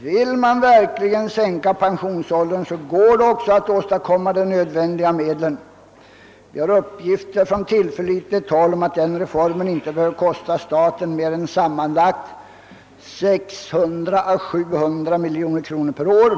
Vill man verkligen sänka pensionsåldern går det också att åstadkomma de nödiga medlen härför. Vi har uppgifter från tillförlitligt håll om att den reformen inte behöver kosta staten mer än sammanlagt 600 å 700 miljoner kronor per år.